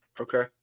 Okay